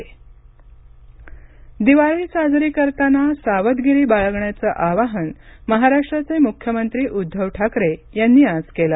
महाराष्ट् मख्यमंत्री दिवाळी साजरी करताना सावधगिरी बाळगण्याचं आवाहन महाराष्ट्राचे मुख्यमंत्री उद्घव ठाकरे यांनी आज केलं